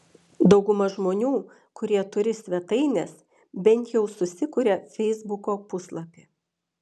dauguma žmonių kurie turi svetaines bent jau susikuria feisbuko puslapį